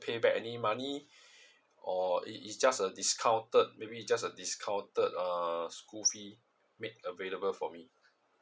pay back any money or is is just a discounted maybe just a discounted uh schools fee made available for me